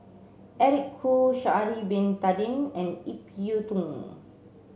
Eric Khoo Sha'ari bin Tadin and Ip Yiu Tung